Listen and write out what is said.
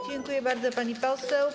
Dziękuję bardzo, pani poseł.